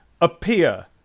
appear